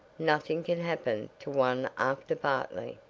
nothing can happen to one after bartley.